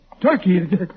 Turkey